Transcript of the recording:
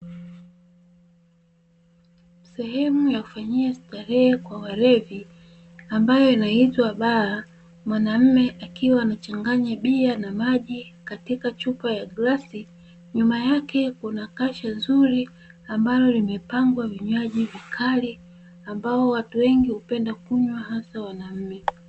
Sehemu ya kufanyia starehe kwa walevi ambayo inaitwa baa, mwanaume akiwa amechanganya bia na maji katika chupa ya glasi. Nyuma yake kuna kasha zuri ambalo limepangwa vinywaji vikali ambayo watu wengi hupenda kunywa hasa wanaume.